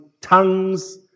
tongues